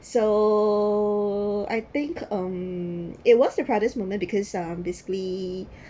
so I think um it was a proudest moment because um basically